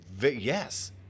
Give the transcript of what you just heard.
Yes